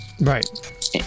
right